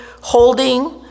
holding